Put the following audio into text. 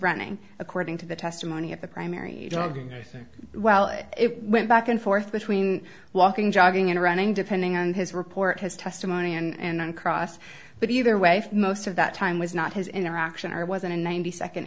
running according to the testimony at the primary drug and i think well it went back and forth between walking jogging and running depending on his report his testimony and on cross but either way for most of that time was not his interaction or wasn't a ninety second